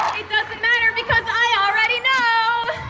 doesn't matter because i already know